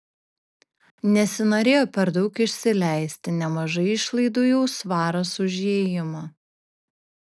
nesinorėjo per daug išsileisti nemažai išlaidų jau svaras už įėjimą